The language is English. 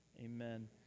Amen